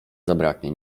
zabraknie